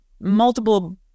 multiple